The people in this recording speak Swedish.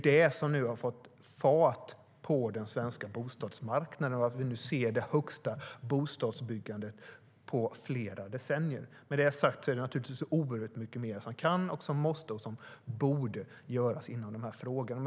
De har fått fart på den svenska bostadsmarknaden, och därför ser vi nu det högsta bostadsbyggandet på flera decennier. Med det sagt är det naturligtvis oerhört mycket mer som kan, måste och borde göras i den här frågan.